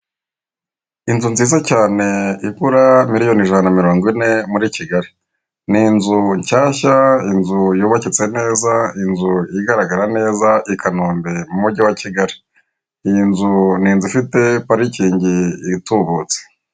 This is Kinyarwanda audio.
Inzu nziza cyane igura miliyoni ijana na mirongo ine muri Kigali. Ni inzu nshyashya, inzu yubakitse neza, inzu igaragara neza i Kanombe mu mujyi wa Kigali. Ni inzu ifite parikingi itubutse.